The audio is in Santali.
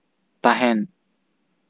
ᱛᱟᱦᱮᱸᱱ